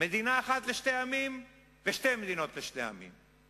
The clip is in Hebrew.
מדינה אחת לשני עמים, ושתי מדינות לשני עמים.